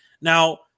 now